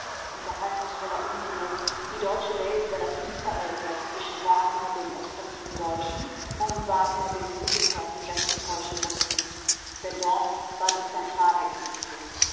und geheimnisvoller unruhe die deutsche welt über das mißverhältnis zwischen wagner dem expressiven deutschen und wagner dem musiker hinwegzutäuschen wußten denn dort war die